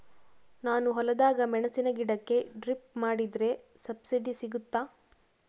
ನಾನು ಹೊಲದಾಗ ಮೆಣಸಿನ ಗಿಡಕ್ಕೆ ಡ್ರಿಪ್ ಮಾಡಿದ್ರೆ ಸಬ್ಸಿಡಿ ಸಿಗುತ್ತಾ?